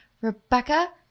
Rebecca